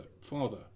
father